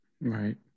Right